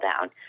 down